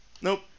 Nope